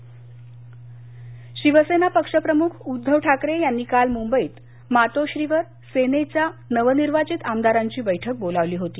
शिवसेना शिवसेना पक्षप्रमुख उद्धव ठाकरे यांनी काल मुंबईत मातोश्रीवर सेनेच्या नवनिर्वाचित आमदारांची बैठक बोलावली होती